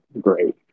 great